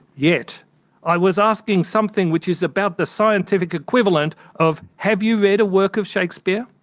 yet i was asking something which is about the scientific equivalent of, have you read a work of shakespeare?